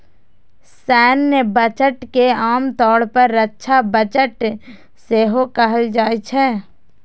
सैन्य बजट के आम तौर पर रक्षा बजट सेहो कहल जाइ छै